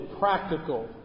practical